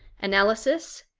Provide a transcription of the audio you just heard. analysis,